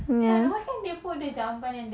mm ya